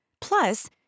Plus